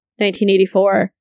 1984